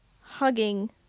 hugging